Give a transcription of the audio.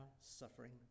suffering